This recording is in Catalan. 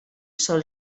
sol